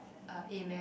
a A-math